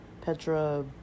Petra